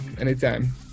Anytime